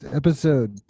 episode